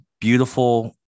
beautiful